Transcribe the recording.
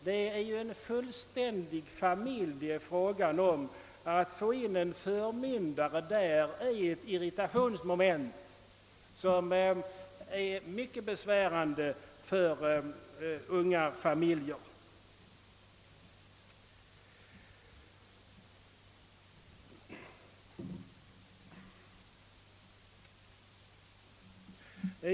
Det är en fullständig familj det är fråga om. Att då få in en förmyndare är ett irritationsmoment som är mycket besvärande för unga familjer.